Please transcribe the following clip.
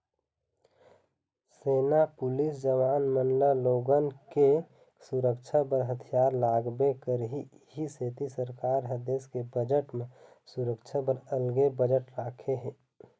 सेना, पुलिस जवान मन ल लोगन के सुरक्छा बर हथियार लागबे करही इहीं सेती सरकार ह देस के बजट म सुरक्छा बर अलगे बजट राखे हे